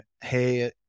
hey